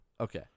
Okay